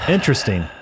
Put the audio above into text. Interesting